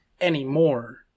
anymore